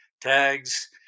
tags